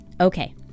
Okay